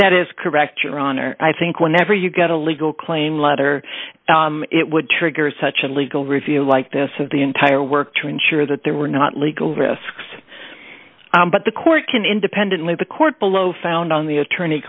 that is correct your honor i think whenever you got a legal claim letter it would trigger such a legal review like this of the entire work to ensure that there were no legal risks but the court can independently the court below found on the attorney